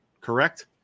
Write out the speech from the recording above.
correct